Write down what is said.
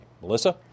Melissa